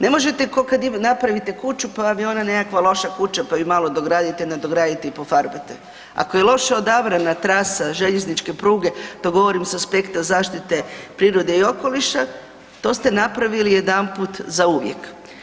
Ne možete ko kad napravite kuću pa vam je ona nekakva loša kuća, pa ju malo nadogradite, dogradite i pofarbate, ako je loše odabrana trasa željezničke pruge, to govorim sa aspekta zaštite prirode i okoliša, to ste napravili jedanput zauvijek.